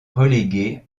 relégué